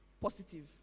Positive